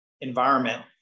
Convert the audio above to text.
environment